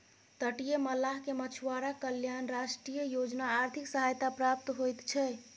तटीय मल्लाह के मछुआरा कल्याण राष्ट्रीय योजना आर्थिक सहायता प्राप्त होइत छै